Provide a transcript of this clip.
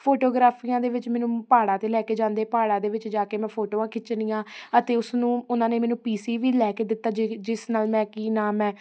ਫੋਟੋਗਰਾਫੀਆਂ ਦੇ ਵਿੱਚ ਮੈਨੂੰ ਪਹਾੜਾਂ ਤੇ ਲੈ ਕੇ ਜਾਂਦੇ ਪਹਾੜਾਂ ਦੇ ਵਿੱਚ ਜਾ ਕੇ ਮੈਂ ਫੋਟੋਆਂ ਖਿੱਚਣੀਆਂ ਅਤੇ ਉਸਨੂੰ ਉਹਨਾਂ ਨੇ ਮੈਨੂੰ ਪੀ ਸੀ ਵੀ ਲੈ ਕੇ ਦਿੱਤਾ ਜਿ ਜਿਸ ਨਾਲ ਮੈਂ ਕੀ ਨਾਮ ਹੈ